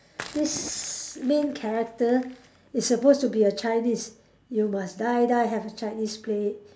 this main character is supposed to be a Chinese you must die die have a Chinese play